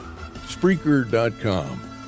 Spreaker.com